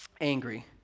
angry